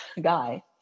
guy